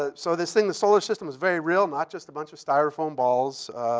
ah so this thing, the solar system, is very real, not just a bunch of styrofoam balls.